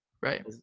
right